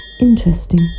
Interesting